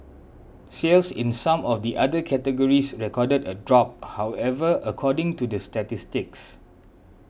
sales in some of the other categories recorded a drop however according to the statistics